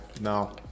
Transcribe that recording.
No